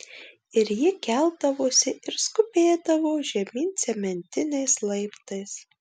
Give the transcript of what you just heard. ir ji keldavosi ir skubėdavo žemyn cementiniais laiptais